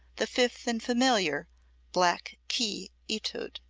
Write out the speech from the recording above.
the fifth and familiar black key etude.